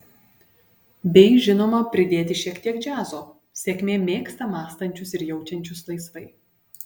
bei žinoma pridėti šiek tiek džiazo sėkmė mėgsta mąstančius ir jaučiančius laisvai